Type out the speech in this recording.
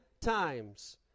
times